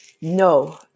no